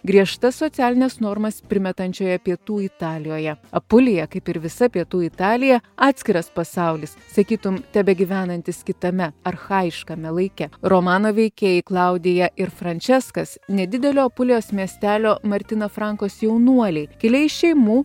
griežtas socialines normas primetančioje pietų italijoje apulija kaip ir visa pietų italija atskiras pasaulis sakytum tebegyvenantis kitame archajiškame laike romano veikėjai klaudija ir franceskas nedidelio apulijos miestelio martyno frankos jaunuoliai kilę iš šeimų